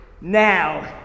Now